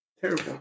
Terrible